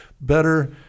better